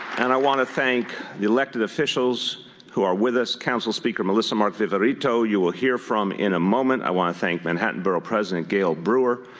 and i want to thank the elected officials who are with us. council speaker melissa mark-viverito you will hear from in a moment. i want to thank manhattan borough president gale brewer,